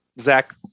Zach